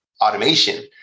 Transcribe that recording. automation